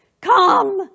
come